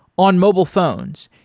on mobile phones,